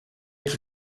qui